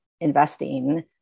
investing